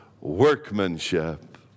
workmanship